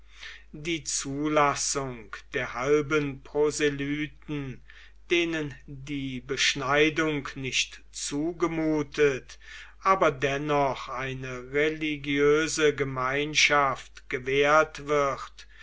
die zulassung der halben proselyten denen die beschneidung nicht zugemutet aber dennoch eine religiöse gemeinschaft gewährt wird